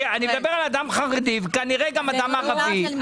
מדבר על אדם חרדי, כנראה גם אדם חרדי.